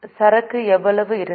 சரக்கு எவ்வளவு இருந்தது